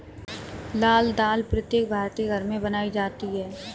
लाल दाल प्रत्येक भारतीय घर में बनाई जाती है